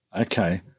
Okay